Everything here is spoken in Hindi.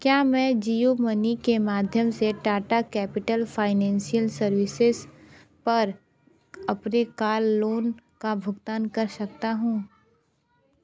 क्या मैं जियो मनी के माध्यम से टाटा कैपिटल फाइनेंशियल सर्विसेज़ पर अपने कार लोन का भुगतान कर सकता हूँ